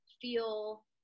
feel –